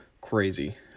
crazy